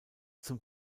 zum